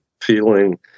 feeling